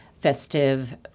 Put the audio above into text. festive